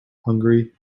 hungary